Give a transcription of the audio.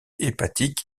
hépatique